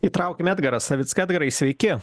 įtraukim edgarą savicką edgarai sveiki